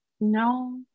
no